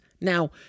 Now